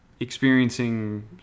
Experiencing